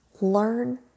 learn